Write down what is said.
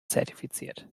zertifiziert